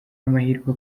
amahirwe